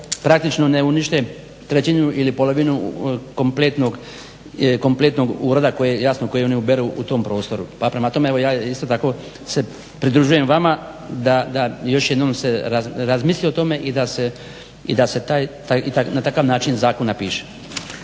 praktično ne unište trećinu ili polovinu kompletnog uroda koji oni uberu u tom prostoru. Pa prema tome evo ja isto tako se pridružujem vama da se još jednom razmisli o tome i da se taj i na takav način zakon napiše.